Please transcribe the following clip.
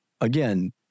again